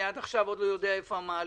עד עכשיו אני עוד לא יודע איפה המעלית,